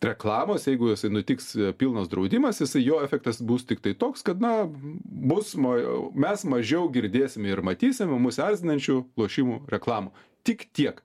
reklamos jeigu jose nutiks pilnas draudimasis jisai jo efektas bus tiktai toks kad na bus ma mes mažiau girdėsime ir matysime mus erzinančių lošimų reklamų tik tiek